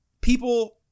people –